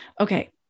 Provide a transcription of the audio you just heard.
Okay